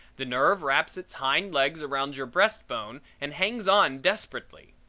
the nerve wraps its hind legs around your breastbone and hangs on desperately.